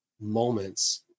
moments